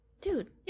Dude